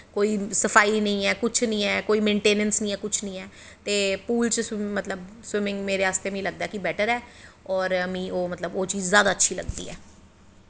कोई सफाई नी ऐ कुश मेन्टेनैंस नी ऐ कोई कुश नी ऐ ते पूल च मीगी लगदा ऐ बि सविमिंग बैट्टर ऐ ते मिगी एह् चीज़ मतलव जादा अच्छी लगदी ऐ